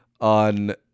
on